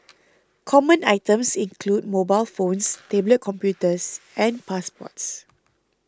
common items include mobile phones tablet computers and passports